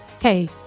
Hey